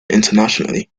internationally